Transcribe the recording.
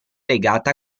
legata